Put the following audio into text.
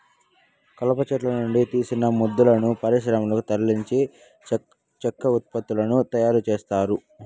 కలప చెట్ల నుండి తీసిన మొద్దులను పరిశ్రమలకు తరలించి చెక్క ఉత్పత్తులను తయారు చేత్తారు